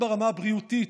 גם ברמה הבריאותית,